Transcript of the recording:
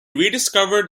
rediscovered